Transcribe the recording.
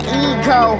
ego